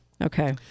Okay